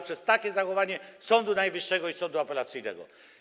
przez takie zachowanie Sądu Najwyższego i sądu apelacyjnego.